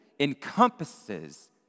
Encompasses